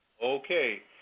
Okay